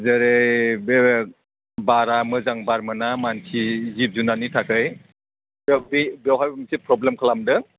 जेरै बे बारा मोजां बार मोना मानसि जिब जुनादनि थाखाय बे बेवहाय मोनसे प्रब्लेम खालामदों